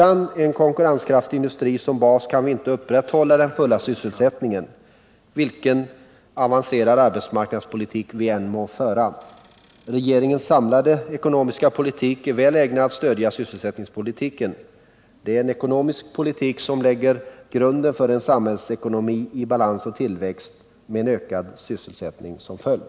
Utan en konkurrenskraftig industri som bas kan vi inte upprätthålla den fulla sysselsättningen oavsett vilken avancerad arbetsmarknadspolitik vi än må föra. Regeringens samlade ekonomiska politik är väl ägnad att stödja sysselsättningspolitiken. Det är en ekonomisk politik som lägger grunden till en samhällsekonomi i balans och tillväxt, med en ökande sysselsättning som följd.